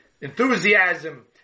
enthusiasm